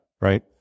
right